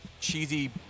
cheesy